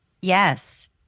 Yes